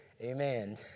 Amen